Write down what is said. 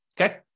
Okay